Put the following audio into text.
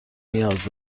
نیاز